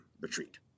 retreat